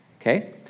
Okay